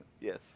Yes